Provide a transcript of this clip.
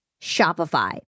Shopify